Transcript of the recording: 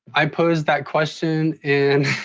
i posed that question and